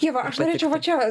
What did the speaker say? ieva aš norėčiau va čia